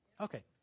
Okay